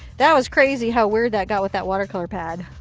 that was crazy how weird that got with that water color pad.